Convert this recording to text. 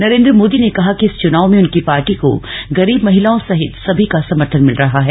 नरेन्द्र मोदी ने कहा कि इस चुनाव में उनकी पार्टी को गरीब महिलाओं सहित सभी का समर्थन मिल रहा है